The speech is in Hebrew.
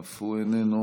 אף הוא איננו.